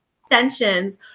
extensions